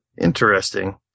interesting